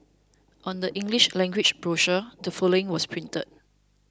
on the English language brochure the following was printed